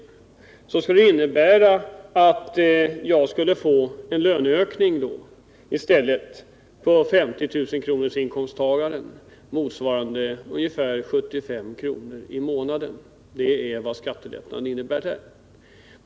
Det skulle innebära att 50 000-kronorsinkomsttagaren i stället skulle få en löneökning motsvarande ungefär 75 kr. i månaden. Det är vad skattelättnaden innebär där.